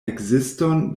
ekziston